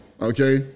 okay